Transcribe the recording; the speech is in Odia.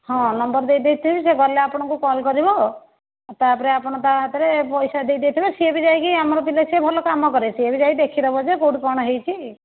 ହଁ ନମ୍ବର ଦେଇ ଦେଇ ଥିବି ସେ ଗଲେ ଆପଣଙ୍କୁ କଲ୍ କରିବ ତା'ପରେ ଆପଣ ତା ହାତରେ ପଇସା ଦେଇ ଦେଇ ଥିବେ ସେ ବି ଯାଇକି ଆମର ପିଲା ସେ ଭଲ କାମ କରେ ସିଏ ବି ଯାଇକି ଦେଖି ଦେବ ଯେ କେଉଁଠି କ'ଣ ହୋଇଛି